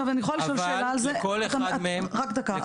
אבל לכל אחד מהם --- רק דקה.